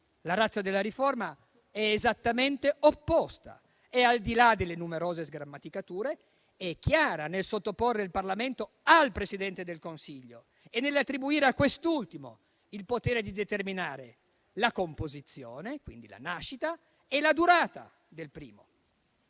La *ratio* della riforma è esattamente opposta e, al di là delle numerose sgrammaticature, è chiara nel sottoporre il Parlamento al Presidente del Consiglio e nell'attribuire a quest'ultimo il potere di determinare la composizione, e quindi la nascita e la durata del primo.